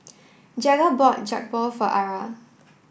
Jagger bought Jokbal for Ara